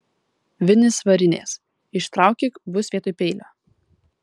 vinys varinės ištraukyk bus vietoj peilio